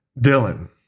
Dylan